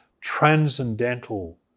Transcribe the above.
transcendental